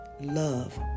love